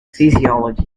physiology